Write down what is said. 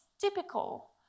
typical